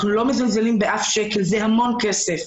אנחנו לא מזלזלים באף שקל זה המון כסף.